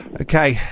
Okay